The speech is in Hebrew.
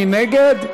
מי נגד?